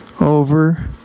over